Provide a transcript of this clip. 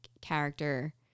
character